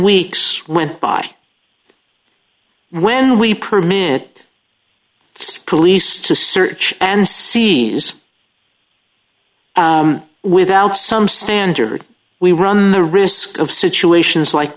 weeks went by when we permit its police to search and seize without some standard we run the risk of situations like